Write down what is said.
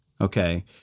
Okay